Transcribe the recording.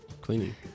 cleaning